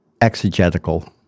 exegetical